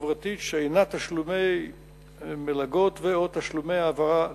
חברתית שאינה תשלומי מלגות ו/או תשלומי העברה לפרטים.